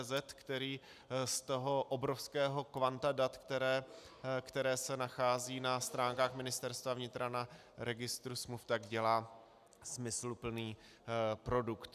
cz, který z toho obrovského kvanta dat, která se nacházejí na stránkách Ministerstva vnitra na registru smluv, dělá smysluplný produkt.